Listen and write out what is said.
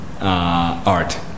art